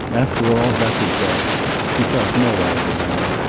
after all, that was best. he felt no anger now.